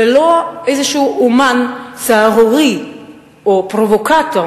ולא איזה אמן סהרורי או פרובוקטור